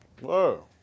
Whoa